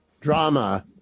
drama